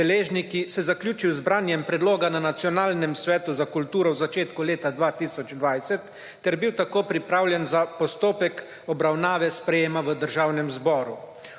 (Nadaljevanje): se zaključil z branjem predloga na Nacionalnem svetu za kulturo v začetku leta 2020 ter bil tako pripravljen za postopek obravnave sprejema v Državnem zboru.